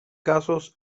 casos